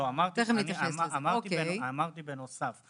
אמרתי בנוסף.